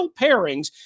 pairings